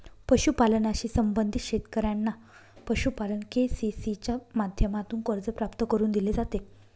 पशुपालनाशी संबंधित शेतकऱ्यांना पशुपालन के.सी.सी च्या माध्यमातून कर्ज प्राप्त करून दिले जाते